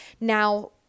Now